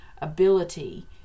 ability